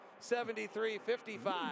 73-55